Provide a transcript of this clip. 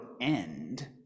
end